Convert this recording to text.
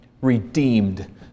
redeemed